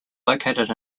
located